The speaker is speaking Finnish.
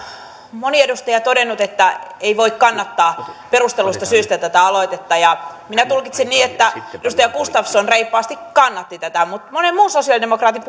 moni edustaja todennut että ei voi kannattaa perustellusta syystä tätä aloitetta minä tulkitsen niin että edustaja gustafsson reippaasti kannatti tätä mutta monen muun sosiaalidemokraatin